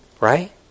Right